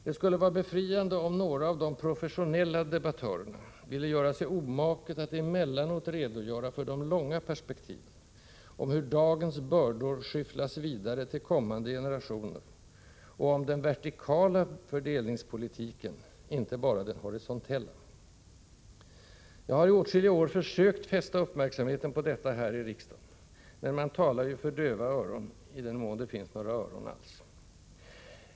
Det skulle vara befriande om några av de professionella debattörerna ville göra sig omaket att emellanåt redogöra för de långa perspektiven, för hur dagens bördor skyfflas vidare till kommande generationer och för den vertikala fördelningspolitiken, inte bara den horisontella. Jag har i åtskilliga år försökt fästa uppmärksamheten på detta här i riksdagen, men man talar ju för döva öron — i den mån här finns några öron alls.